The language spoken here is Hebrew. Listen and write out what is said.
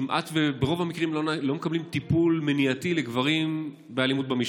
ברוב המקרים הם לא מקבלים טיפול מניעתי לגברים באלימות במשפחה.